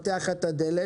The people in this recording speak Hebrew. פותח את הדלת.